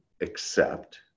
accept